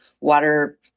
water